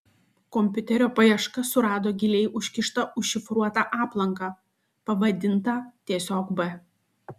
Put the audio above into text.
kompiuterio paieška surado giliai užkištą užšifruotą aplanką pavadintą tiesiog b